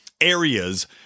areas